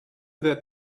that